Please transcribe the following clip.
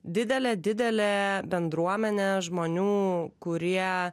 didelė didelė bendruomenė žmonių kurie